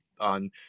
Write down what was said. on